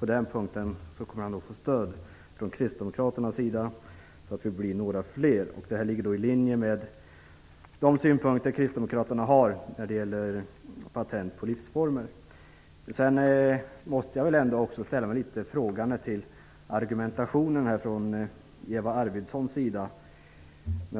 han kommer att få stöd från kristdemokraternas sida på den punkten. Det här ligger i linje med de synpunkter kristdemokraterna har när det gäller patent på livsformer. Jag måste också ställa mig litet frågande till argumentationen från Eva Arvidssons sida.